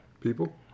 people